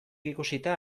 ikusita